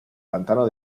pantano